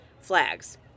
flags